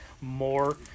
more